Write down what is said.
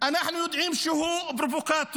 אנחנו יודעים שהוא פרובוקטור,